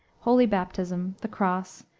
holy baptism, the cross,